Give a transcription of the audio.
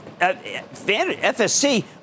FSC